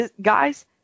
Guys